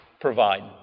Provide